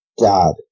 God